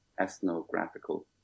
ethnographical